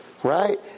Right